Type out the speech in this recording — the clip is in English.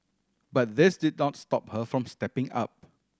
but this did not stop her from stepping up